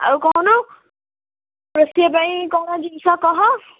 ଆଉ କହୁନୁ ରୋଷେଇ ପାଇଁ କ'ଣ କ'ଣ ଜିନିଷ କହ